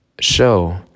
show